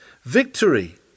victory